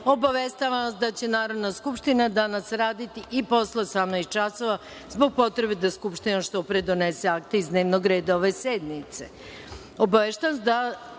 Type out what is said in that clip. obaveštavam vas da će Narodna skupština danas raditi i posle 18.00 časova, zbog potrebe da Skupština što pre donese akte iz dnevnog reda ove